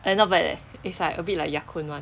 eh not bad leh is like a bit like ya kun [one]